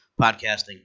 podcasting